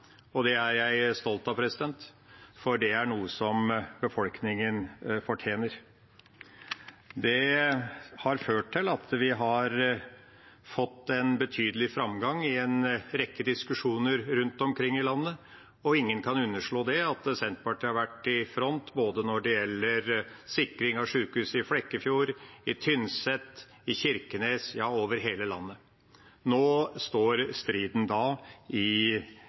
og det er jeg stolt av, for det er noe befolkningen fortjener. Det har ført til at vi har fått en betydelig framgang i en rekke diskusjoner rundt omkring i landet, og ingen kan underslå at Senterpartiet har vært i front når det gjelder sikring av sykehus både i Flekkefjord, på Tynset, i Kirkenes – ja, over hele landet. Nå står striden